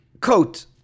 coat